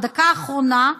בדקה האחרונה,